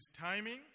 timing